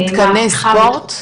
למתקני ספורט?